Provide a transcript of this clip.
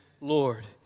Lord